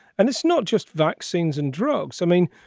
and it's not just vaccines and drugs. i mean,